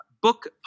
book